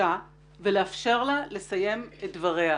בבקשה ולאפשר לה לסיים את דבריה.